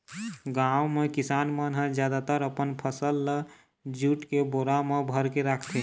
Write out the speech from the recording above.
गाँव म किसान मन ह जादातर अपन फसल ल जूट के बोरा म भरके राखथे